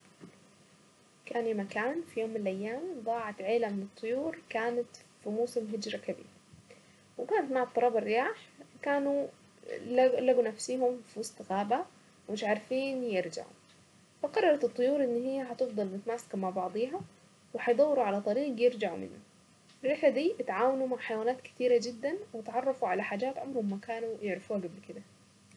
كان يا مكان في يوم من الايام ضاعت عيلة من الطيور كانت موسم الهجرة وقعد مع اضطراب الرياح كانوا لقوا نفسيهم في وسط غابة ومش عارفين يرجعوا فقررت الطيور ان هي هتفضل متماسكة مع بعضيها وهيدوروا على طريق يرجعوا منه